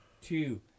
two